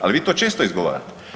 Ali vi to često izgovarate.